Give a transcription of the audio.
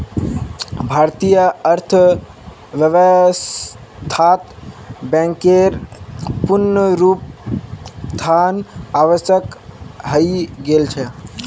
भारतीय अर्थव्यवस्थात बैंकेर पुनरुत्थान आवश्यक हइ गेल छ